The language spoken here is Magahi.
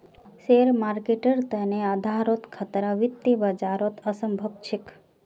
शेयर मार्केटेर तने आधारोत खतरा वित्तीय बाजारत असम्भव छेक